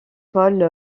paul